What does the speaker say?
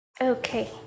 Okay